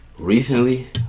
Recently